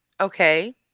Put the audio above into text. Okay